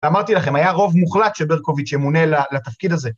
אמרתי לכם, היה רוב מוחלט של ברקוביץ' שמונה לתפקיד הזה.